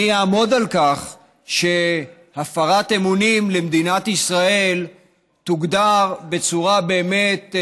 אני אעמוד על כך שהפרת אמונים למדינת ישראל תוגדר בצורה באמת,